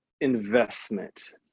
investment